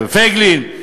פייגלין.